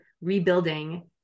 rebuilding